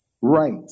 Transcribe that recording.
Right